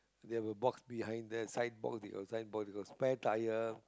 they have a box behind there side box they got side box they got spare tyre